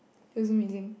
do some reading